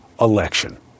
election